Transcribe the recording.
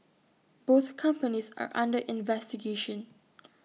both companies are under investigation